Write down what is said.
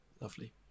Lovely